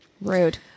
Rude